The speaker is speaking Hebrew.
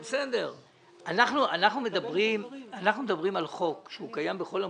--- אנחנו מדברים על חוק שקיים בכל המקומות,